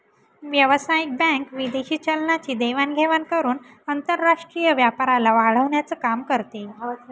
व्यावसायिक बँक विदेशी चलनाची देवाण घेवाण करून आंतरराष्ट्रीय व्यापाराला वाढवण्याचं काम करते